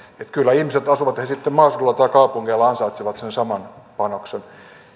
kyllä ihmiset asuvat he sitten maaseudulla tai kaupungissa ansaitsevat sen saman panoksen